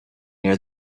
near